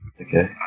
Okay